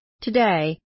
Today